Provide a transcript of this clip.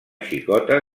xicota